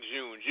June